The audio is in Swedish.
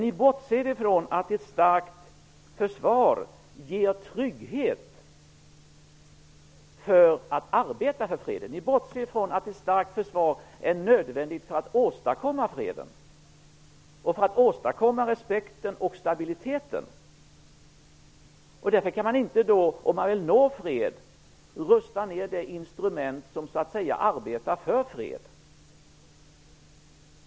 Ni bortser ifrån att ett starkt försvar ger trygghet att arbeta för freden. Ni bortser från att ett starkt försvar är nödvändigt för att åstadkomma fred, respekt och stabilitet. Om man vill uppnå fred kan man inte rusta ned det instrument som arbetar för fred.